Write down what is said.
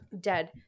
dead